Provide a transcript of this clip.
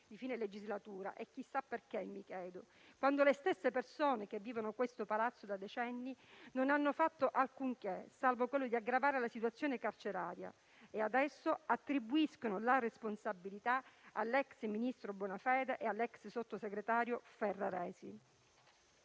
della legislatura. E chissà perché, mi chiedo, quando le stesse persone, che vivono questo Palazzo da decenni, non hanno fatto alcunché, salvo aggravare la situazione carceraria. Adesso attribuiscono la responsabilità all'ex ministro Bonafede e all'ex sottosegretario Ferraresi.